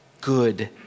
good